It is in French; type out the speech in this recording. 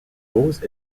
rose